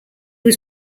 was